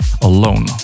Alone